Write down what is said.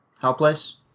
helpless